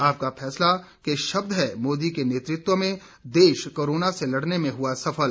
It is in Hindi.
आपका फैसला के शब्द हैं मोदी के नेतृत्व में देश कोरोना से लड़ने में हुआ सफल